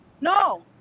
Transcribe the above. No